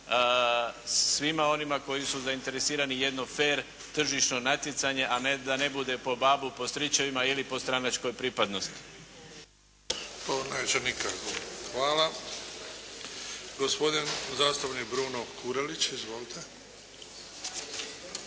svima onima koji su zainteresirani jedno fer tržišno natjecanje a da bude po babi, po stričevima ili po stranačkoj pripadnosti. **Bebić, Luka (HDZ)** To neće nikako. Hvala. Gospodin zastupnik Bruno Kurelić. Izvolite.